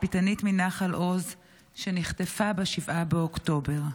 תצפיתנית מנחל עוז שנחטפה ב-7 באוקטובר,